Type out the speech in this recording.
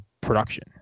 production